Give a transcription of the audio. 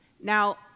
Now